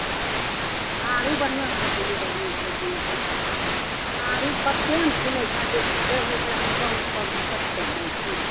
आरू बढ़िआँसँ बतैयै बढ़िआँसँ बढ़िआँसँ आरू कतेक ने सुनै छऽ बेगुसरायमे बहुत पबनी सभ होइत छै